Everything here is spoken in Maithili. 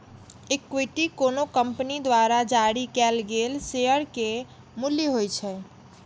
इक्विटी कोनो कंपनी द्वारा जारी कैल गेल शेयर के मूल्य होइ छै